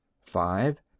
five